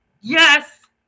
yes